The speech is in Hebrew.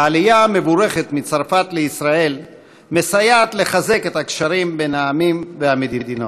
העלייה המבורכת מצרפת לישראל מסייעת לחזק את הקשרים בין העמים והמדינות.